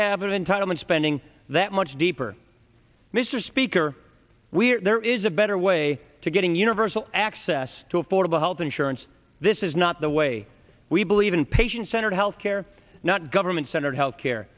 entitlement spending that much deeper mr speaker we're there is a better way to getting universal access to affordable health insurance this is not the way we believe in patient centered health care not government centered health care